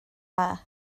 dda